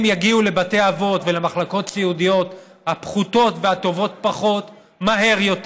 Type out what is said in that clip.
הם יגיעו לבתי אבות ולמחלקות סיעודיות הפחותות והטובות פחות מהר יותר,